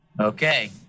Okay